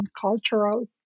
cultural